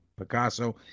Picasso